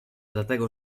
dlatego